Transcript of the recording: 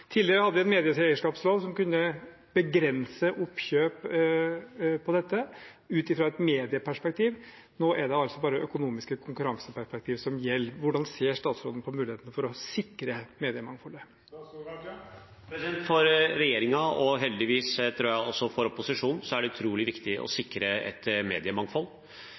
Tidligere hadde vi en medieeierskapslov som kunne begrense oppkjøp av dette ut fra et medieperspektiv. Nå er det bare økonomiske konkurranseperspektiv som gjelder. Hvordan ser statsråden på muligheten for å sikre mediemangfoldet? For regjeringen og heldigvis, tror jeg, også for opposisjonen er det utrolig viktig å sikre et mediemangfold.